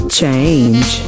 change